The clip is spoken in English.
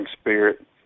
spirit